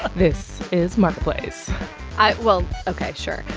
this is marketplace i well, ok. sure.